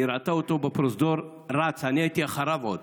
היא ראתה אותו בפרוזדור רץ, אני הייתי אחריו עוד.